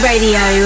Radio